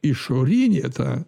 išorinė ta